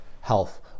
health